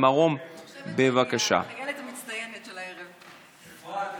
אני מודיע על כך שהצעת החוק התקבלה בקריאה ראשונה,